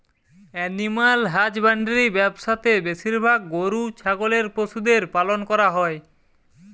animal husbandry ব্যবসা তে বেশিরভাগ গরু ছাগলের পশুদের পালন করা হই